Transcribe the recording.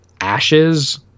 ashes